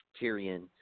Tyrion